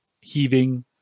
heaving